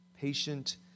patient